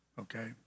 okay